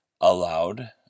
allowed